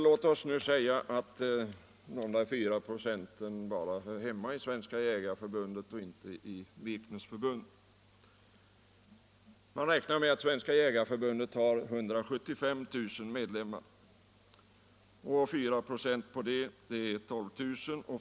Låt oss anta att de där 4 96 bara hör hemma i Svenska jägareförbundet och inte i herr Wikners förbund. Man räknar med att Svenska jägareförbundet har 175 000 medlemmar. 4 96 på det är 12 000.